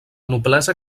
noblesa